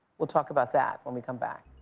we'll talk about that when we come back.